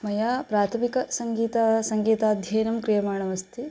मया प्राथमिकसङ्गीतं सङ्गीताध्ययनं क्रियमाणमस्ति